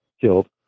killed